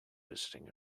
visiting